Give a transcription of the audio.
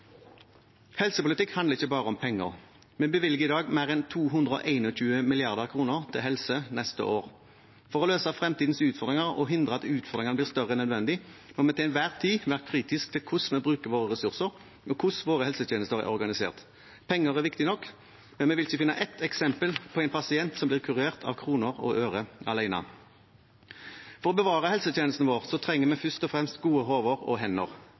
Helsepolitikk handler ikke bare om penger. Vi bevilger i dag mer enn 221 mrd. kr til helse neste år. For å løse fremtidens utfordringer og hindre at utfordringene blir større enn nødvendig, må vi til enhver tid være kritisk til hvordan vi bruker våre ressurser, og hvordan våre helsetjenester er organisert. Penger er viktig nok, men vi vil ikke finne ett eksempel på en pasient som blir kurert av kroner og øre alene. For å bevare helsetjenesten vår trenger vi først og fremst gode hoder og hender.